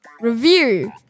review